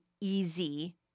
easy